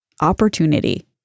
opportunity